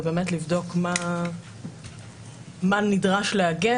ובאמת לבדוק על מה נדרש להגן.